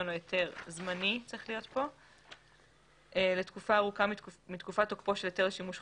או היתר זמני לתקופה ארוכה מתקופת תוקפו של היתר לשימוש חורג,